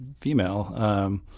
female